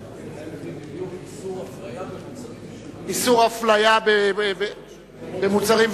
חוק איסור הפליה במוצרים,